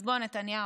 אז בוא, נתניהו,